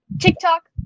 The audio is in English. TikTok